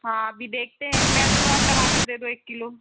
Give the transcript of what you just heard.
हाँ अभी देखते हैं पहले तो आप टमाटर दे दो एक किलो